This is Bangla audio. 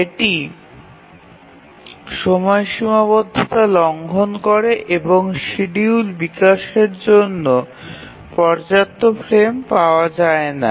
এটি সময় সীমাবদ্ধতা লঙ্ঘন করে এবং শিডিউল বিকাশের জন্য পর্যাপ্ত ফ্রেম পাওয়া যায় না